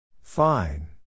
Fine